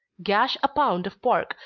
gash a pound of pork,